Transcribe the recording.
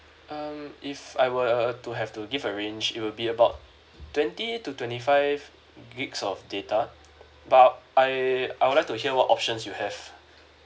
um if I were to have to give a range it will be about twenty to twenty five gigs of data but I I would like to hear what options you have